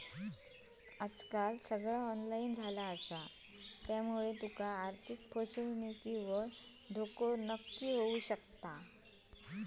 आजकाल सगळा ऑनलाईन झाल्यामुळा तुका आर्थिक फसवणुकीचो धोको पण असा